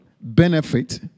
Benefit